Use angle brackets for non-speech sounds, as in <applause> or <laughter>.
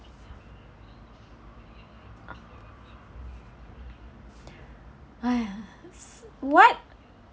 <noise> what